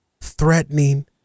threatening